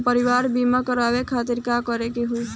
सपरिवार बीमा करवावे खातिर का करे के होई?